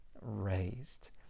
raised